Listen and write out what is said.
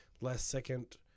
last-second